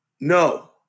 No